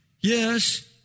Yes